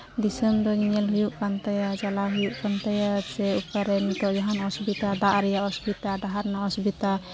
ᱫᱤᱥᱚᱢ ᱫᱚ ᱧᱮᱞ ᱦᱩᱭᱩᱜ ᱠᱟᱱ ᱛᱟᱭᱟ ᱪᱟᱞᱟᱣ ᱦᱩᱭᱩᱜ ᱠᱟᱱ ᱛᱟᱭᱟ ᱥᱮ ᱚᱠᱟᱨᱮ ᱱᱤᱛᱚᱜ ᱡᱟᱦᱟᱱ ᱚᱥᱵᱤᱛᱟ ᱫᱟᱜ ᱨᱮᱭᱟᱜ ᱚᱥᱵᱤᱛᱟ ᱰᱟᱦᱟᱨ ᱨᱮᱭᱟᱜ ᱚᱥᱵᱤᱛᱟ